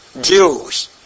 Jews